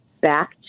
back